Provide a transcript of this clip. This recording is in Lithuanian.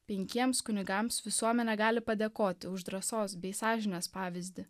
penkiems kunigams visuomenė gali padėkoti už drąsos bei sąžinės pavyzdį